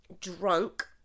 drunk